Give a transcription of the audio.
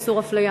איסור הפליה).